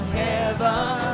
heaven